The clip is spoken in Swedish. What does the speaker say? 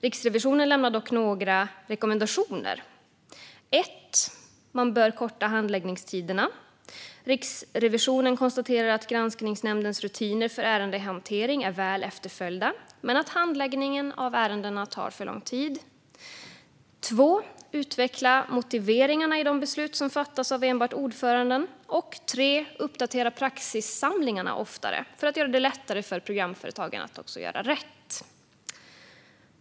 Riksrevisionen lämnar dock några rekommendationer: Man bör korta handläggningstiderna. Riksrevisionen konstaterar att granskningsnämndens rutiner för ärendehantering är väl efterföljda men att handläggningen av ärendena tar för lång tid. Man bör utveckla motiveringarna i de beslut som fattas av enbart ordföranden. Man bör oftare uppdatera praxissamlingarna för att göra det lättare för programföretagen att göra rätt.